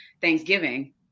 Thanksgiving